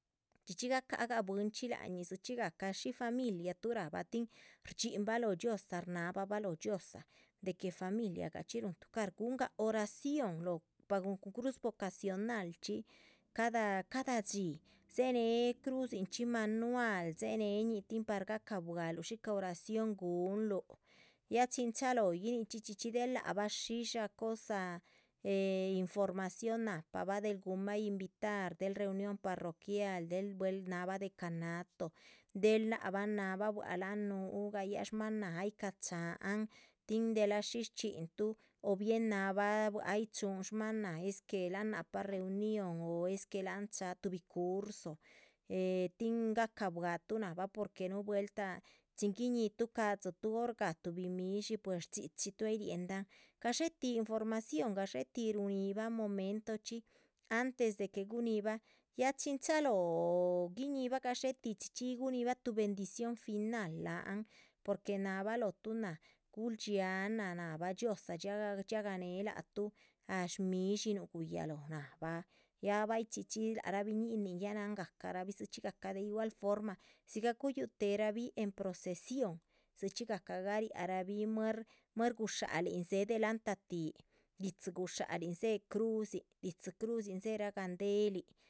Chxí chxí gacahgah bwínchxi lac ñih, dzichxí gahca shí familia tuh rahbah tin rdxínbah lóho dhxiozaa shnáhabah bah lóho dhxiózaa, de que familia gachxi. rúhun tucar guhungah oración lóhobah cruz vocacionalchxi cada cada dxí dzéhe neh cruz crudzichxí manual dzéhe neñih tin par gahca bual shícah oración guhunluh. ya chin chalóhoyih nichxí del lac bah shísh ca cosah eh información nahpabah del guhunbah invitar del reunión parroquial del buhel nahbah de canato del lac bah náhabah. bua´c ahn núhu gayáha shmáhan ay ca´ cháhan tin delah shísh shchxíntuh o bien nahbah ta bua´c ay chúhun shmáhan nah esque ahn nahpa reunión o es que láhan cháha tuhbi curso. eh tin gahcabuatuh nahabah porque núhu vueltah chin guiñihituh shca´dzituh orgah tuhbi midshí pues shdxíchxituh ay riéldahan gadxé tih información gadxétih ruhuninbah momentochxí antes. de que guhinibah a chin chalóho guiñihibah gadxetih chxí chxí yih guhunibah tuh bendición final, láhan porque náhabah lóhotuh náh guhul dxiáhaa náh náhabah dhxiosaa. dxiagah néh lac tuh ah shmidshínuh guyalóho nac bah ya bahyih chxí chxíyih lac rah biñinin ya nán gahcarabih dzichxí de igual forma dzigah guyuh téherabih en procesión. dzichxí gahca gariahrabih muer muer gushálin chéhe delanta tih didzi gushálin dzéhe crudzin dídzi cruzin dzéherah gandelin.